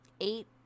eight